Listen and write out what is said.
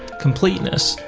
completeness,